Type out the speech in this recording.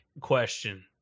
Question